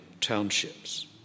townships